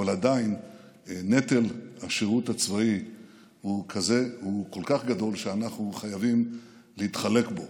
אבל עדיין נטל השירות הצבאי הוא כל כך גדול שאנחנו חייבים להתחלק בו.